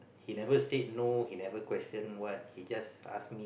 he never said no he never question what he just ask me